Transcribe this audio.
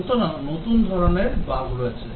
সুতরাং নতুন ধরণের বাগ রয়েছে